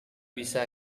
bisa